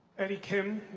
eddie kim,